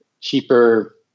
cheaper